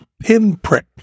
pinprick